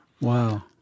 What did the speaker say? Wow